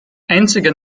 einziger